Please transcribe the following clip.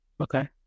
Okay